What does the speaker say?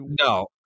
no